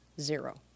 Zero